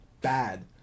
bad